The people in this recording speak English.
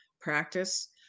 practice